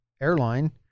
airline